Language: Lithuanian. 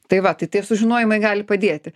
tai va tai tie sužinojimai gali padėti